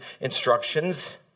instructions